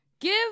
Give